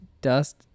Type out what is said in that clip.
dust